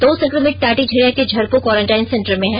दो संक्रमित टाटीझरिया के झरपो क्वारेंटीन सेंटर में हैं